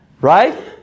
Right